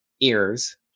ears